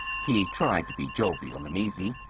he tried to be jovial and easy.